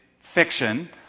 fiction